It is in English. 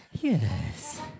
Yes